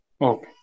Okay